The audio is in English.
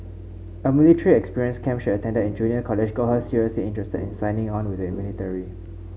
a military experience camp she attended in junior college got her seriously interested in signing on with the military